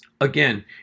again